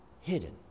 hidden